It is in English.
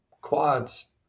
Quads